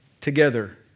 together